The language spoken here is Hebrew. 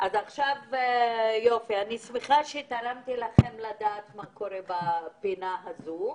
אני שמחה שתרמתי לכם לדעת מה קורה בפינה הזאת.